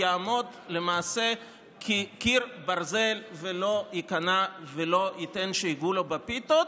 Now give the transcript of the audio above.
יעמוד למעשה כקיר ברזל ולא ייכנע ולא ייתן שייגעו לו בפיתות,